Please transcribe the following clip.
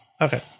Okay